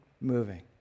moving